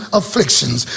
afflictions